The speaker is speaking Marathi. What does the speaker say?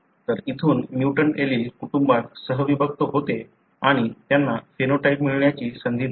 तर इथून म्युटंट एलील कुटुंबात सह विभक्त होते आणि त्यांना फेनोटाइप मिळण्याची संधी दिली